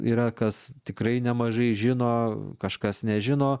yra kas tikrai nemažai žino kažkas nežino